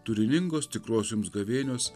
turiningos tikros jums gavėnios